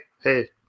Hey